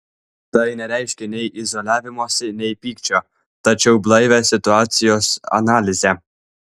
tai nereiškia nei izoliavimosi nei pykčio tačiau blaivią situacijos analizę